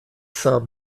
sum